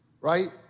right